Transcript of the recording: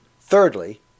Thirdly